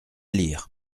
lire